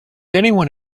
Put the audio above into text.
anyone